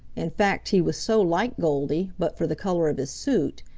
in fact he was so like goldy, but for the color of his suit,